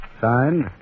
Signed